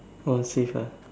all save ah